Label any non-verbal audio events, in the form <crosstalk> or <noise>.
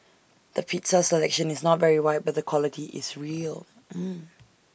the pizza selection is not very wide but the quality is real <noise>